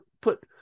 put